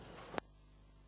Hvala.